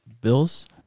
Bills